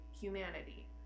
humanity